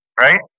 right